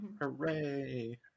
Hooray